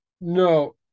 no